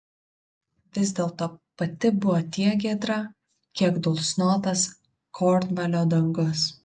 vis dėlto pati buvo tiek giedra kiek dulksnotas kornvalio dangus